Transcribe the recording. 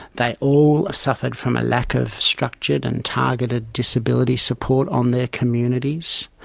they all suffered from a lack of structured and targeted disability support on their communities.